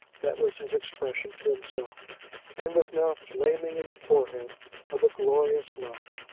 that was his expression to himself and was now flaming in the forehead of a glorious love.